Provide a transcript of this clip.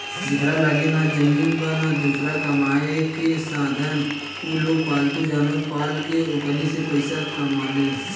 जेकरा लगे ना जमीन बा, ना दोसर कामायेके साधन उलोग पालतू जानवर पाल के ओकनी से पईसा कमाले